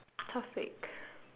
topic